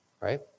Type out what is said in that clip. right